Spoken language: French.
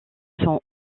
sont